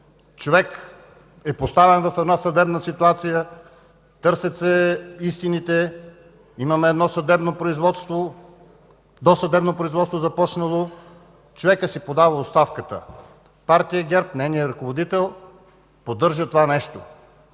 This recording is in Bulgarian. човек е поставен в една съдебна ситуация, търсят се истините, имаме едно съдебно производство, започнало досъдебно производство и човекът си подава оставката, Партия ГЕРБ и нейният ръководител поддържат това нещо.